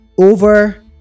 over